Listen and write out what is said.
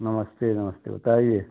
नमस्ते नमस्ते बताइए